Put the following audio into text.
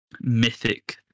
mythic